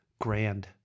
grand